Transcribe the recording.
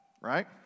Right